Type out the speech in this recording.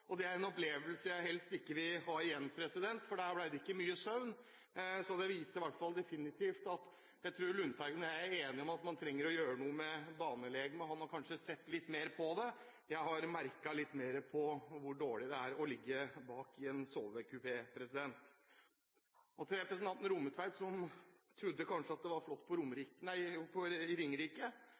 Oslo. Det er en opplevelse jeg helst ikke vil ha igjen, for der ble det ikke mye søvn. Det viser i hvert fall definitivt at Lundteigen og jeg er enige om at man trenger å gjøre noe med banelegemet. Han har kanskje sett litt mer på det, mens jeg har kjent litt mer på hvor dårlig det er å ligge bak i en sovekupé. Og til representanten Rommetveit, som trodde at det kanskje var flott på Ringerike: Det er veldig flott på Ringerike,